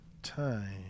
time